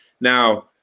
Now